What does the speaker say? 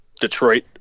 Detroit